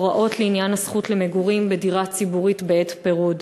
הוראות לעניין הזכות למגורים בדירה ציבורית בעת פירוד.